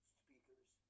speakers